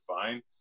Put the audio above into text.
fine